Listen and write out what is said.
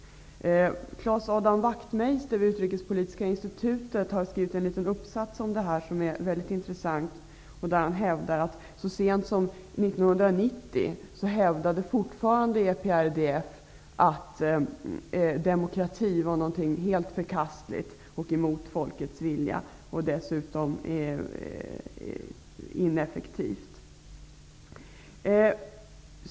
Claes-Adam Wachtmeister vid Utrikespolitiska institutet har skrivit en liten uppsats om detta som är väldigt intressant. Han säger att EPRDF så sent som 1990 fortfarande hävdade att demokrati var någonting helt förkastligt och emot folkets vilja samt dessutom ineffektivt.